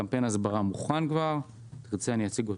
קמפיין ההסברה כבר מוכן ואם תרצה, אני אציג אותו.